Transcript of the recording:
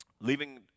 leaving